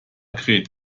kräht